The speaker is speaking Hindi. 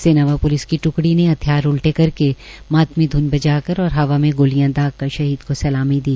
सेना व प्लिस की ट्कड़ी ने हथियार उल्टे करके मातमी ध्न बजाकर और हवा में गोलियां दागकर शहीद को सलामी दी